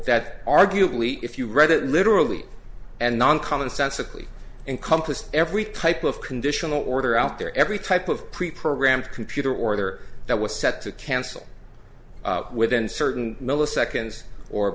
that arguably if you read it literally and non common sense sickly encompassed every type of conditional order out there every type of preprogramed computer or other that was set to cancel within certain milliseconds or